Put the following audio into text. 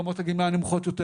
ברמות הגמלה הנמוכות יותר,